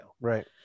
right